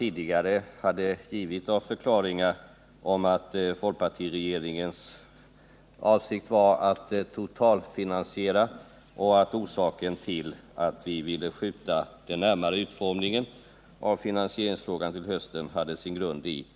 I mitt anförande förklarade jag att folkpartiregeringens avsikt var att totalfinansiera och att orsaken till att vi ville skjuta den närmare utformningen av finansieringen till hösten hade sin grund i